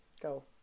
Go